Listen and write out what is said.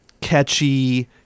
catchy